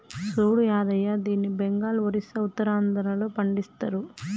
సూడు యాదయ్య దీన్ని బెంగాల్, ఒరిస్సా, ఉత్తరాంధ్రలో పండిస్తరు